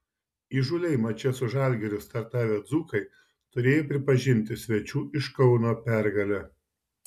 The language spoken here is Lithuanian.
įžūliai mače su žalgiriu startavę dzūkai turėjo pripažinti svečių iš kauno pergalę